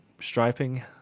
striping